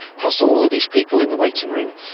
past all of these people in the waiting room,